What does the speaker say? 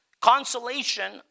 consolation